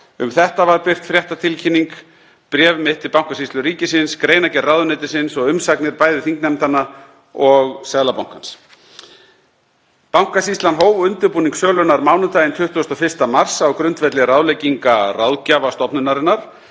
Um þetta var birt fréttatilkynning, bréf mitt til Bankasýslu ríkisins, greinargerð ráðuneytisins og umsagnir bæði þingnefndanna og Seðlabankans. Bankasýslan hóf undirbúning sölunnar mánudaginn 21. mars á grundvelli ráðlegginga ráðgjafa stofnunarinnar.